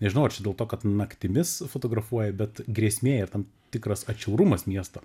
nežinau ar čia dėl to kad naktimis fotografuoja bet grėsmė tam tikras atšiaurumas miesto